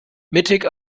mittig